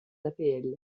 d’apl